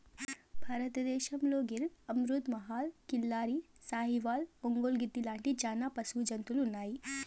భారతదేశంలో గిర్, అమృత్ మహల్, కిల్లారి, సాహివాల్, ఒంగోలు గిత్త లాంటి చానా పశు జాతులు ఉన్నాయి